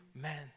man